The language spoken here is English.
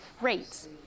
rates